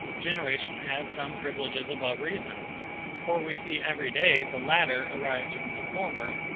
generation has some privileges above reason for we see every day the latter arise from the former,